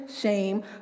shame